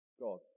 God